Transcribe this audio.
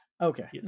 Okay